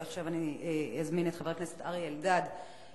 עכשיו אני אזמין את חבר הכנסת אריה אלדד להציע.